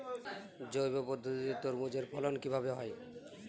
জৈব পদ্ধতিতে তরমুজের ফলন কিভাবে হয়?